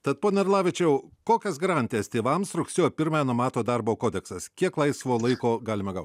tad pone arlavičiau kokias garantijas tėvams rugsėjo pirmąją numato darbo kodeksas kiek laisvo laiko galima gauti